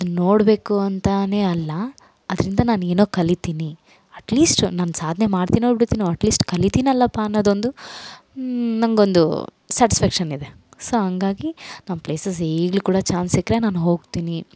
ಅದನ್ನು ನೋಡಬೇಕು ಅಂತಾ ಅಲ್ಲ ಅದರಿಂದ ನಾನು ಏನೋ ಕಲಿತೀನಿ ಅಟ್ಲೀಸ್ಟ್ ನಾನು ಸಾಧನೆ ಮಾಡ್ತಿನೋ ಬಿಡ್ತಿನೋ ಅಟ್ಲೀಸ್ಟ್ ಕಲಿತೀನಲ್ಲಪ್ಪ ಅನ್ನೋದೊಂದು ನಂಗೊಂದು ಸ್ಯಾಟಿಸ್ಫಾಕ್ಷನ್ ಇದೆ ಸೊ ಹಂಗಾಗಿ ನಮ್ಮ ಪ್ಲೇಸಸ್ ಈಗಲು ಕೂಡ ಚಾನ್ಸ್ ಸಿಕ್ಕರೆ ನಾನು ಹೋಗ್ತೀನಿ